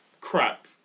crap